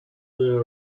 the